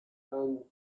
and